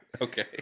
Okay